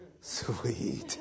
sweet